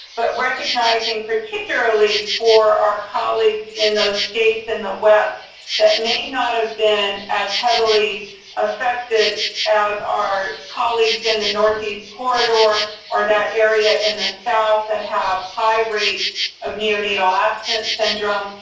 but recognizing, particularly for our colleagues in those states in the west that may not have been as heavily affected as our colleagues in the northeast corridor or or that area in the south that and have high rates of neonatal abstinence syndrome.